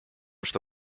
что